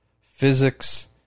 physics